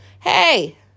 hey